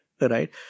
right